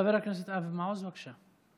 חבר הכנסת אבי מעוז, בבקשה.